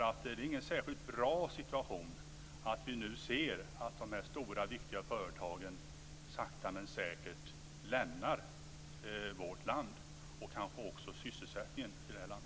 Det är ingen särskilt bra situation att vi nu ser att de stora viktiga företagen sakta men säkert lämnar vårt land, och kanske också sysselsättningen i detta land.